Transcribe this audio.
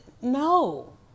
No